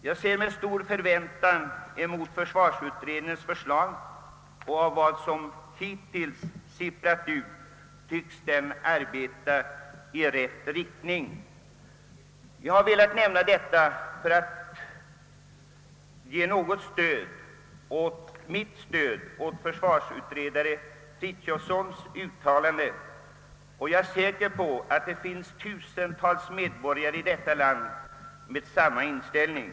Jag ser med stor förväntan emot försvarsutredningens förslag, och av vad som hittills sipprat ut tycks den arbeta i rätt riktning. Jag har velat nämna detta för att ge mitt stöd åt försvarsutredare Frithiofsons uttalande, och jag är säker på att tusentals medborgare här i landet har samma inställning.